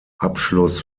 abschluss